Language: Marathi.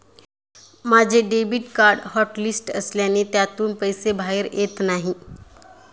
माझे डेबिट कार्ड हॉटलिस्ट असल्याने त्यातून पैसे बाहेर येत नाही